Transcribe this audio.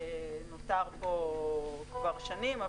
שנותר פה כבר שנים.